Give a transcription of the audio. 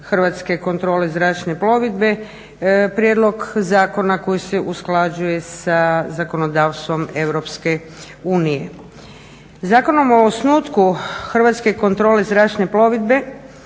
Hrvatske kontrole zračne plovidbe, prijedlog zakona koji se usklađuje sa zakonodavstvom Europske unije. Zakonom o osnutku Hrvatske kontrole zračne plovidbe